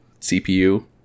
CPU